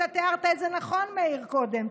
אתה תיארת את זה נכון, מאיר, קודם.